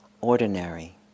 ordinary